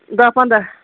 دَہ پَنٚداہ